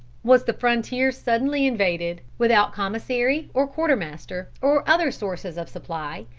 was the frontier suddenly invaded, without commissary, or quartermaster, or other sources of supply,